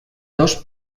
dos